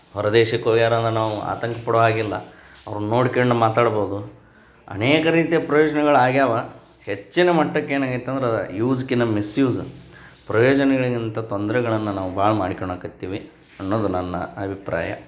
ಹೊರದೇಶಕ್ಕೆ ಹೋಗ್ಯಾರೆ ಅಂದ್ರೆ ನಾವು ಆತಂಕ ಪಡೋ ಹಾಗಿಲ್ಲ ಅವ್ರನ್ನು ನೋಡ್ಕ್ಯಂಡು ಮಾತಾಡ್ಬೋದು ಅನೇಕ ರೀತಿಯ ಪ್ರಯೋಜನಗಳು ಆಗ್ಯಾವೆ ಹೆಚ್ಚಿನ ಮಟ್ಟಕ್ಕೆ ಏನಾಗೈತೆ ಅಂದ್ರೆ ಅದು ಯೂಸ್ಕ್ಕಿಂತ ಮಿಸ್ಯೂಸ ಪ್ರಯೋಜನಗಳಿಗಿಂತ ತೊಂದರೆಗಳನ್ನ ನಾವು ಭಾಳ ಮಾಡ್ಕಳಕತ್ತೀವಿ ಅನ್ನೋದು ನನ್ನ ಅಭಿಪ್ರಾಯ